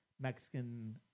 Mexican